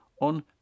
on